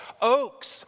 oaks